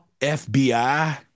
fbi